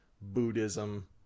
Buddhism